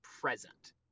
present